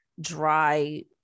dry